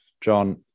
John